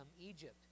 Egypt